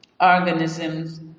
organisms